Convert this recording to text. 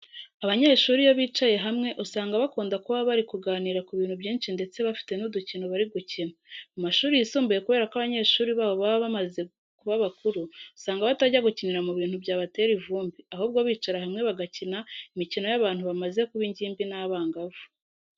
Abanyeshuri iyo bicaye hamwe usanga bakunda kuba bari kuganira ku bintu byinshi ndetse bafite n'udukino bari gukina. Mu mashuri yisumbuye kubera ko banyeshuri baho baba bamaze kuba bakuru usanga batajya gukinira mu bintu byabatera ivumbi, ahubwo bicara hamwe bagakina imikino y'abantu bamaze kuba ingimbi n'abangavu.